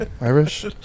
Irish